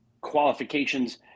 qualifications –